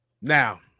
Now